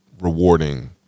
rewarding